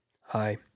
Hi